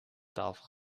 tafel